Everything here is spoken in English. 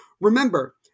remember